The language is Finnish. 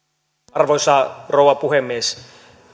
arvoisa rouva puhemies